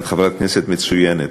את חברת כנסת מצוינת.